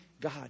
God